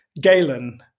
Galen